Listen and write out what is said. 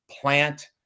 plant